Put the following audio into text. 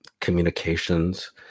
communications